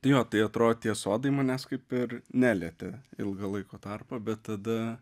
tai jo tai atrodo tie sodai manęs kaip ir nelietė ilgą laiko tarpą bet tada